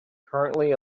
currently